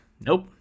Nope